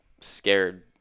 scared